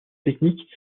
technique